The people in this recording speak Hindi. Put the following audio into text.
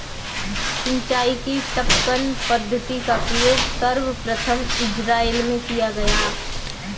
सिंचाई की टपकन पद्धति का प्रयोग सर्वप्रथम इज़राइल में किया गया